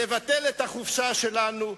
אנחנו מוכנים לבטל את החופשה שלנו,